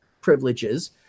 privileges